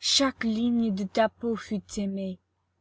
chaque ligne de ta peau fut aimée